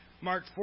Mark